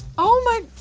oh my